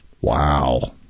Wow